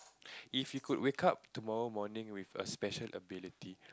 if you could wake up tomorrow morning with a special ability